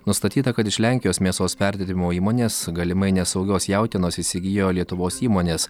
nustatyta kad iš lenkijos mėsos perdirbimo įmonės galimai nesaugios jautienos įsigijo lietuvos įmonės